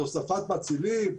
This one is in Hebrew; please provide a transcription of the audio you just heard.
על הוספת מצילים,